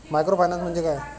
Microfinance म्हणजे काय?